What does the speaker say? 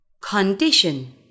condition